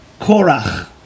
Korach